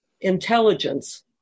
intelligence